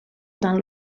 dans